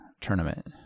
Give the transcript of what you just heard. tournament